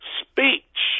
speech